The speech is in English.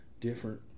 Different